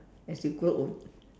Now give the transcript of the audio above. as you grow older